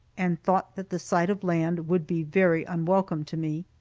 and thought that the sight of land would be very unwelcome to me.